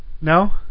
no